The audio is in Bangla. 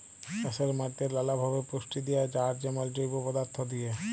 চাষের মাটিতে লালাভাবে পুষ্টি দিঁয়া যায় যেমল জৈব পদাথ্থ দিঁয়ে